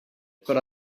but